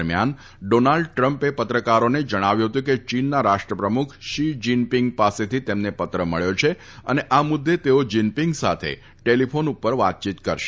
દરમ્યાન ડોનાલ્ડ ટ્રમ્પે પત્રકારોને જણાવ્યું ફતું કે ચીનના રાષ્ટ્રપ્રમુખ શી જીનપીંગ પાસેથી તેમને પત્ર મબ્યો છે અને આ મુદ્દે તેઓ જીનપીંગ સાથે ટેલીફોન ઉપર વાતચીત કરશે